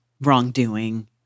wrongdoing